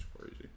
crazy